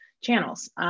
channels